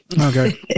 Okay